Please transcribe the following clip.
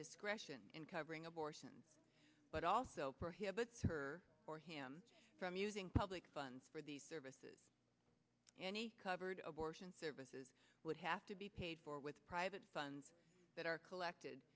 discretion in covering abortion but also prohibits her or him from using public funds for these services covered abortion services would have to be paid for with private funds that are collected